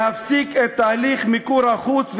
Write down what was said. להפסיק את תהליך מיקור-החוץ וההפרטה.